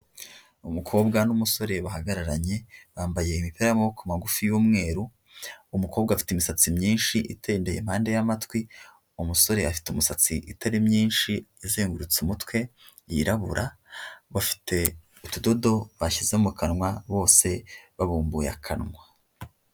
Umukobwa n'umusore bahagararanye, bambaye imipira y'amaboko magufi y'umweru, umukobwa afite imisatsi myinshi itendeye impande y'amatwi, umusore afite imisatsi itari myinshi azengurutse umutwe yirabura, bafite utudodo bashyize mu kanwa, bose babumbuye akanwa.